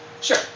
Sure